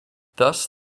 thus